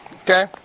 okay